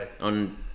On